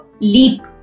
leap